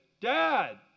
Dad